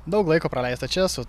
daug laiko praleista čia su